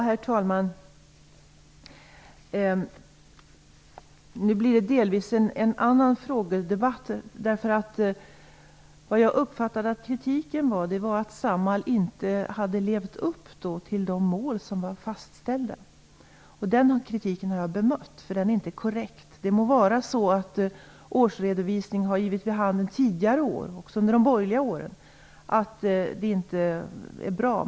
Herr talman! Nu blir det delvis en debatt om en annan fråga. Jag uppfattade att kritiken gällde att Samhall inte hade levt upp till de mål som var fastställda. Den kritiken har jag bemött. Den är inte korrekt. Det må vara så att årsredovisningen under tidigare år, och också under de borgerliga åren, har givit vid handen att det inte är bra.